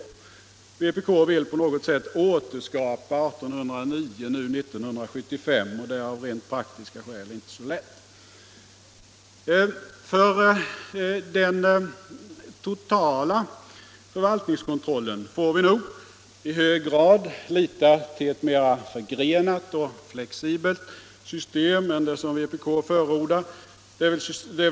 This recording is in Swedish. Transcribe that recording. Vpk vill nu 1975 på något sätt återskapa 1809, och det är av rent praktiska skäl inte så lätt. För den totala förvaltningskontrollen får vi nog i hög grad lita till Nr 24 ett mera förgrenat och flexibelt system än det som vpk förordar, dvs.